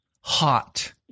hot